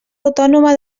autònoma